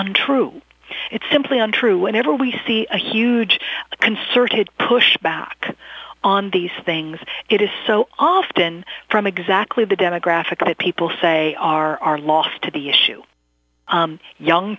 untrue it's simply untrue whenever we see a huge concerted push back on these things it is so often from exactly the demographic that people say are are lost to the issue young